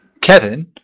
Kevin